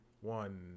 one